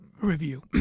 review